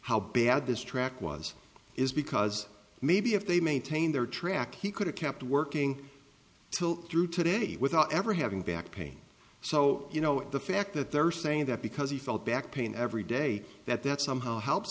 how bad this track was is because maybe if they maintain their track he could have kept working till through today without ever having back pain so you know the fact that they're saying that because he felt back pain every day that that's somehow help